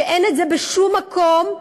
שאין בשום מקום,